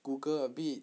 google a bit